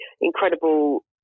incredible